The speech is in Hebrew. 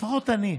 לפחות אני,